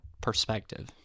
perspective